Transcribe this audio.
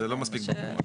זה לא מספיק ברור.